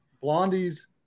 Blondie's